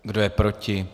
Kdo je proti?